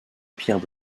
pierre